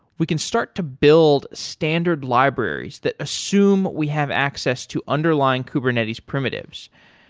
we can start to build standard libraries that assume we have access to underlying kubernetes primitives.